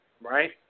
right